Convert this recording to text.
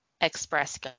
express